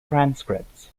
transcripts